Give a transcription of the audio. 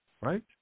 right